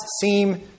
seem